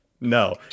No